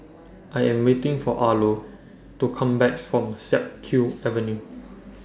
I Am waiting For Arlo to Come Back from Siak Kew Avenue